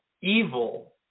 evil